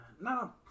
no